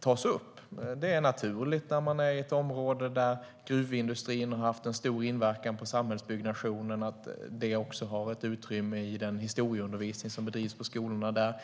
tas upp. När man är i ett område där gruvindustrin har haft en stor inverkan på samhällsbyggnationen är det naturligt att det också har ett utrymme i den historieundervisning som bedrivs på skolorna där.